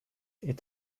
est